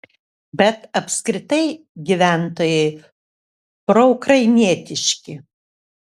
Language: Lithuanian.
bet apskritai gyventojai proukrainietiški